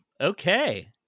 Okay